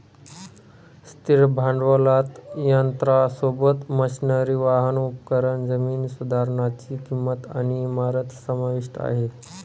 स्थिर भांडवलात यंत्रासोबत, मशनरी, वाहन, उपकरण, जमीन सुधारनीची किंमत आणि इमारत समाविष्ट आहे